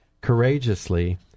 courageously